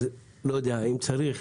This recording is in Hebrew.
אני לא יודע אם צריך,